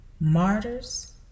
Martyrs